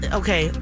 okay